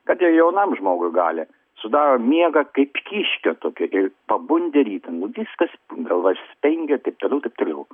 kad ir jaunam žmogui gali sudaro miegą kaip kiškio tokią ir pabundi ryte nu viskas galva spengia taip toliau taip toliau